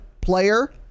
player